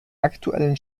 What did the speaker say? aktuellen